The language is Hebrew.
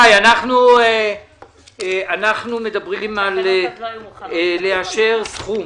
אנחנו מדברים על לאשר סכום.